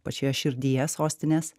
pačioje širdyje sostinės